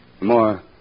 More